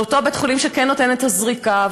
לאותו בית-חולים שכן נותן את הזריקה,